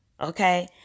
Okay